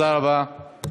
תודה רבה.